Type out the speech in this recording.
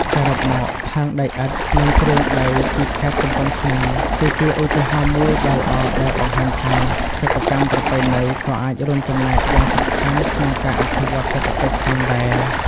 សរុបមក ផើងដីឥដ្ឋ និងគ្រឿងដីពីខេត្តកំពង់ឆ្នាំង គឺជាឧទាហរណ៍មួយដ៏ល្អដែលបង្ហាញថា សិប្បកម្មប្រពៃណីក៏អាចរួមចំណែកយ៉ាងសំខាន់ក្នុងការអភិវឌ្ឍសេដ្ឋកិច្ចផងដែរ។